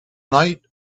night